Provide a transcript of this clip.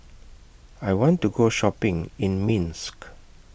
I want to Go Shopping in Minsk